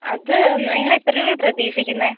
അത് നിങ്ങൾ എത്ര രൂപയാണ് പ്രതീക്ഷിക്കുന്നത്